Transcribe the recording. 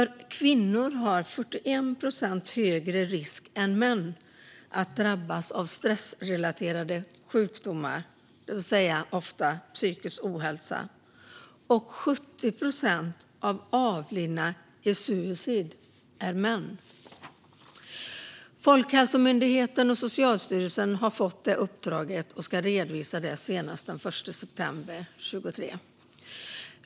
Kvinnor har 41 procents högre risk än män att drabbas av stressrelaterade sjukdomar, det vill säga ofta psykisk ohälsa, och 70 procent av de avlidna i suicid är män. Folkhälsomyndigheten och Socialstyrelsen har fått detta uppdrag och ska redovisa det senast den 1 september 2023.